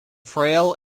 frail